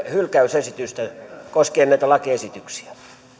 hylkäysesitystä koskien näitä lakiesityksiä